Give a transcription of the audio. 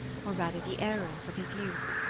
or rather the errors of his youth.